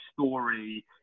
story